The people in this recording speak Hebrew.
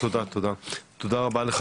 תודה, תודה רבה לך.